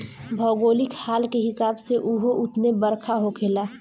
भौगोलिक हाल के हिसाब से उहो उतने बरखा होखेला